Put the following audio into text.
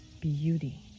beauty